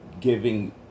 giving